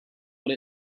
what